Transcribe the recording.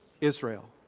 Israel